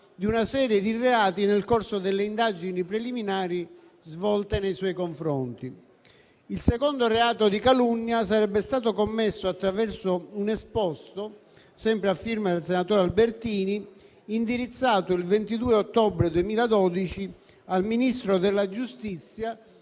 di una serie di reati nel corso delle indagini preliminari svolte nei suoi confronti. Il secondo reato di calunnia sarebbe stato commesso attraverso un esposto, sempre a firma del senatore Albertini, indirizzato il 22 ottobre 2012 al Ministro della giustizia